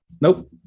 nope